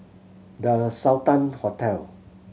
The Sultan Hotel